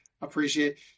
appreciate